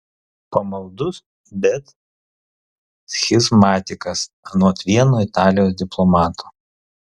pamaldus bet schizmatikas anot vieno italijos diplomato